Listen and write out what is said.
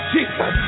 Jesus